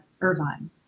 Irvine